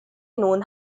known